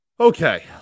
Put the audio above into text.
Okay